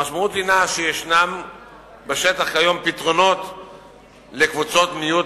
המשמעות הינה שיש בשטח היום פתרונות לקבוצות מיעוט